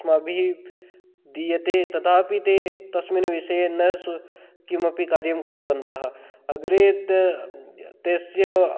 अस्माभिः दीयते तदा अपि ते तस्मिन् विषये न सु किमपि कार्यं कृतवन्तः अग्रे तस्य